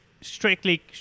strictly